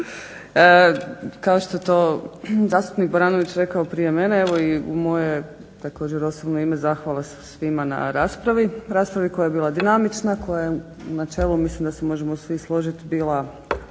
Kao što je to zastupnik Baranović rekao prije mene. Evo i u moje također osobno ime zahvala svima na raspravi, raspravi koja je bila dinamična, kojom u načelu mislim da se možemo svi složiti bila